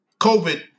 COVID